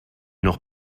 noch